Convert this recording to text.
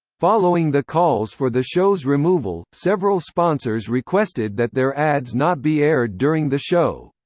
following the calls for the show's removal, several sponsors requested that their ads not be aired during the show.